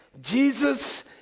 Jesus